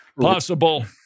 possible